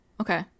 Okay